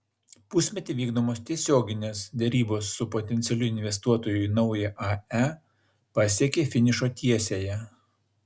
pusmetį vykdomos tiesioginė derybos su potencialiu investuotoju į naują ae pasiekė finišo tiesiąją